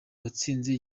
watsinze